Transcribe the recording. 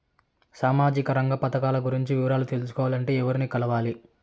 సామాజిక రంగ పథకాలు గురించి వివరాలు తెలుసుకోవాలంటే ఎవర్ని కలవాలి?